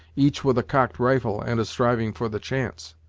each with a cock'd rifle and a striving for the chance!